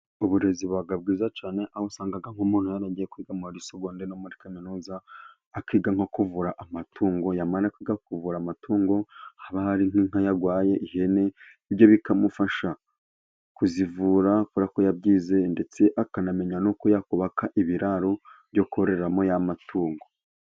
Uburezi buba bwiza cyane aho usanga nk'umuntu yaragiye kwiga muri segonderi no muri kaminuza. Akiga nko kuvura amatungo yamara kwiga kuvura amatungo haba hari nk'inka yarwaye, ihene ibyo bikamufasha kuzivura kuko yabyize ndetse akanamenya nuko yakubaka ibiraro byo kororeramo ya matungo.